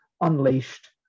Unleashed